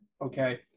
Okay